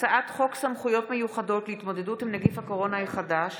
הצעת חוק סמכויות מיוחדות להתמודדות עם נגיף הקורונה החדש